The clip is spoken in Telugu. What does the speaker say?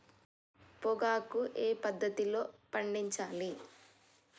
పొగాకు ఏ పద్ధతిలో పండించాలి?